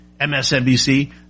MSNBC